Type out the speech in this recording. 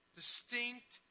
distinct